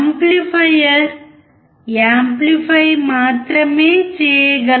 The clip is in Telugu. యాంప్లిఫైయర్ యాంప్లిఫై మాత్రమే చేయగలదు